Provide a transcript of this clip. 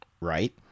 right